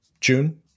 June